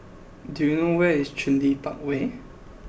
do you know where is Cluny Park Way